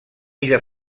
illa